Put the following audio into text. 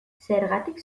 zergatik